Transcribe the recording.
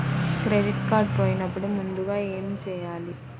Credit card పోయినపుడు ముందుగా ఏమి చేయాలి?